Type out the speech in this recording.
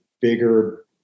bigger